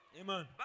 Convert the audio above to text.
Amen